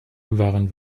waren